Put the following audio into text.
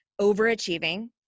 overachieving